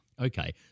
Okay